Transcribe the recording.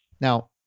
Now